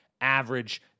average